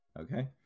Okay